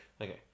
Okay